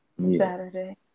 Saturday